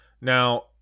Now